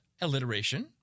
Alliteration